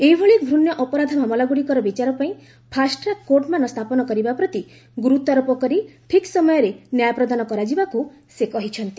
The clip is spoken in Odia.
ଏଭଳି ଘ୍ରଣ୍ୟ ଅପରାଧ ମାମଲାଗୁଡ଼ିକର ବିଚାର ପାଇଁ ଫାଷ୍ଟ ଟ୍ରାକ୍ କୋର୍ଟମାନ ସ୍ଥାପନ କରିବା ପ୍ରତି ଗୁରୁତ୍ୱ ଆରୋପ କରି ଠିକ୍ ସମୟରେ ନ୍ୟାୟ ପ୍ରଦାନ କରାଯିବାକୁ ସେ କହିଛନ୍ତି